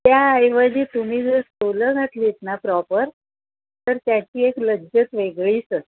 त्याऐवजी तुम्ही जर सोलं घातलीत ना प्रॉपर तर त्याची एक लज्जत वेगळीच असते